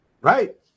Right